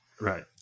right